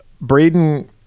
Braden